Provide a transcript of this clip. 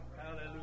Hallelujah